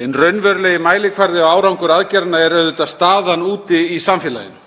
Hinn raunverulegi mælikvarði á árangur aðgerðanna er auðvitað staðan úti í samfélaginu.